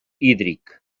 hídric